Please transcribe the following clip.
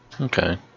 Okay